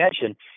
attention